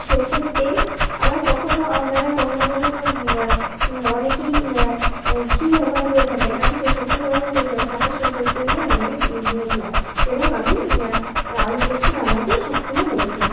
সরষের তেল আবার কখনো আপনারা কখনো কখনো অনেকেই ঘি ব্যবহার করে থাকেন আমি সরষের তেল ব্যবহার করেছিলাম কাঁচা সরষের তেল দিয়ে নামিয়ে নিয়েছিলাম এবং আমি আলু পোস্ত রান্নাতে সক্ষমও হয়েছিলাম